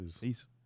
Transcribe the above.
Peace